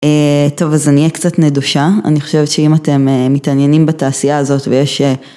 טוב אז אני אהיה קצת נדושה, אני חושבת שאם אתם מתעניינים בתעשייה הזאת ויש